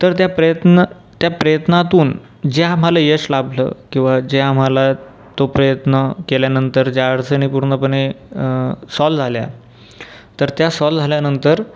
तर त्या प्रयत्न त्या प्रयत्नातून जे आम्हाला यश लाभलं किंवा जे आम्हाला तो प्रयत्न केल्यानंतर ज्या अडचणी पूर्णपणे सॉल्व झाल्या तर त्या सॉल्व झाल्यानंतर